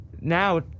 now